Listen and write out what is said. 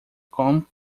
com